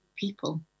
people